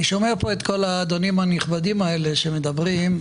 שומע את כל האדונים המכובדים האלה שמדברים.